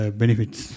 benefits